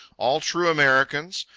all true americans,